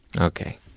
Okay